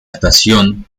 estación